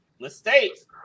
mistakes